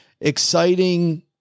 exciting